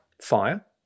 Fire